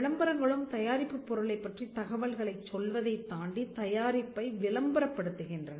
விளம்பரங்களும் தயாரிப்புப் பொருளைப்பற்றித் தகவல்களைச் சொல்வதைத் தாண்டித் தயாரிப்பை விளம்பரப்படுத்துகின்றன